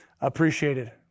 appreciated